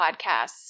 podcasts